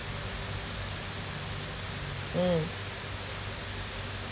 mm